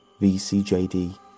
VCJD